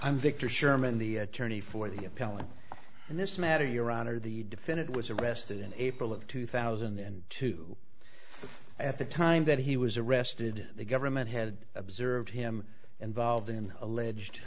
i'm victor sherman the attorney for the appellant in this matter your honor the defendant was arrested in april of two thousand and two at the time that he was arrested the government had observed him involved in alleged